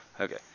Okay